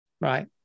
Right